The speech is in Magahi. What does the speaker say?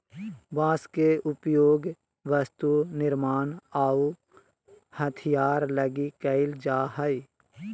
बांस के उपयोग वस्तु निर्मान आऊ हथियार लगी कईल जा हइ